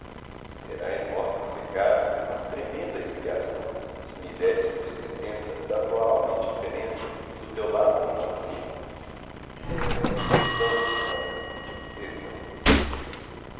será enorme o pecado mas tremenda a expiação se me deres por sentença da tua alma a indiferença do teu lábio a maldição perdão senhora perdão